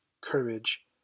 courage